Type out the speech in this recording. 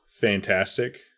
fantastic